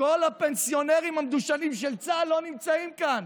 כל הפנסיונרים המדושנים של צה"ל לא נמצאים כאן,